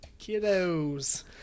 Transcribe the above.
Kiddos